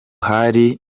hari